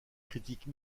critiques